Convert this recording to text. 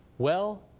well,